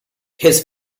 his